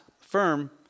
firm